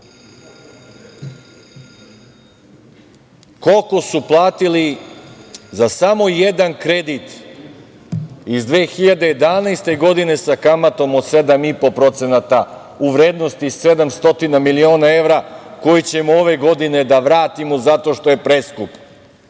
Koliko su platili za samo jedan kredit iz 2011. godine, koji je sa kamatom od 7,5% u vrednosti 700 miliona evra, koji ćemo ove godine da vratimo zato što je preskup?